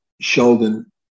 Sheldon